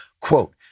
quote